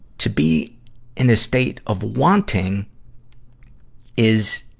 to be in a state of wanting is,